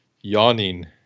yawning